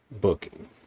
booking